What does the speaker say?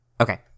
Okay